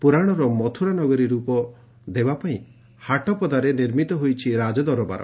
ପୁରାଣର ମଥୁରାନଗରୀ ର୍ପ ଦେବା ପାଇଁ ହାଟପଦା ରେ ନିର୍ମିତ ହୋଇଛି ରାଜଦରବାର